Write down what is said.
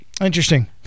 Interesting